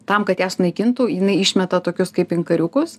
tam kad ją sunaikintų jinai išmeta tokius kaip inkariukus